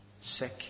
sick